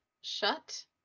shut